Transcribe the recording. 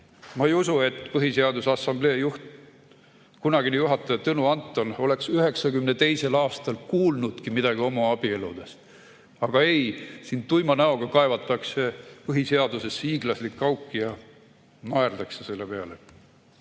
Ma ei usu, et Põhiseaduse Assamblee kunagine juht Tõnu Anton oleks 1992. aastal kuulnudki midagi homoabieludest. Aga ei, siin tuima näoga kaevatakse põhiseadusesse hiiglaslik auk ja naerdakse selle peale.